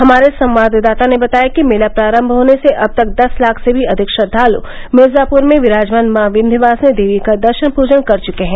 हमारे संवाददाता ने बताया कि मेला प्रारम्भ होने से अब तक दस लाख से भी अधिक श्रद्वालु मिर्जापुर में विराजमान मां विन्ध्यवासिनी देवी का दर्शन पूजन कर चुके हैं